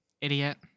Idiot